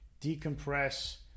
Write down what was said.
decompress